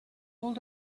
would